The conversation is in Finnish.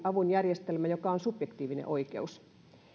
avun järjestelmän joka on subjektiivinen oikeus